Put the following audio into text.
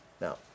Now